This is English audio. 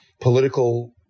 political